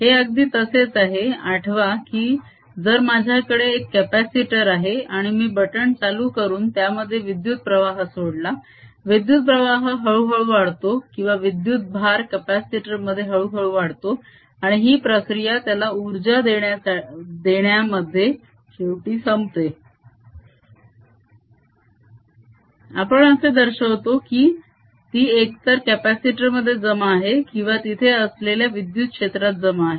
हे अगदी तसेच आहे आठवा की जर माझ्याकडे एक कॅपासिटर आहे आणि मी बटण चालू करून त्यामध्ये विद्युत प्रवाह सोडला विद्युत प्रवाह हळू हळू वाढतो किंवा विद्युत भार कॅपासिटर मध्ये हळू हळू वाढतो आणि ही प्रक्रिया त्याला उर्जा देण्यामध्ये शेवटी संपते आपण असे दर्शवतो की ती एकतर कॅपासिटर मध्ये जमा आहे किंवा तिथे असलेल्या विद्युत क्षेत्रात जमा आहे